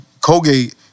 Colgate